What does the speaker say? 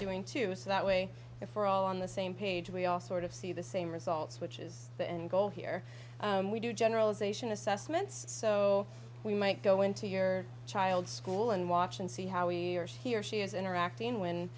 doing to us that way if we're all on the same page we all sort of see the same results which is the end goal here we do generalization assessments so we might go into your child's school and watch and see how we are here she is interacting when